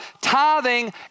tithing